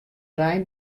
rein